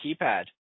keypad